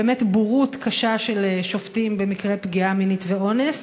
בורות קשה של שופטים במקרה פגיעה מינית ואונס,